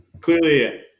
clearly